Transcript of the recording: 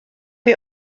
chi